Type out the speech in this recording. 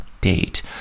date